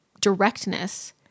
directness